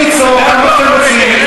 אתם יכולים לצעוק כמה שאתם רוצים,